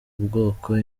ubwoko